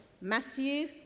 Matthew